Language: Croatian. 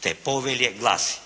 te Povelje glasi: